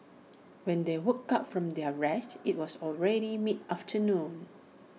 when they woke up from their rest IT was already mid afternoon